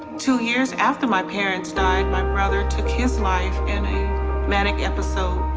two years after my parents died my brother took his life in a manic episode.